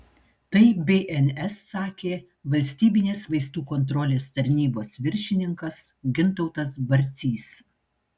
tai bns sakė valstybinės vaistų kontrolės tarnybos viršininkas gintautas barcys